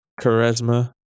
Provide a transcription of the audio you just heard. Charisma